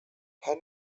her